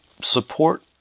support